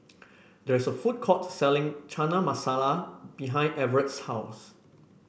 there is a food court selling Chana Masala behind Everett's house